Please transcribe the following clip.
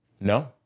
No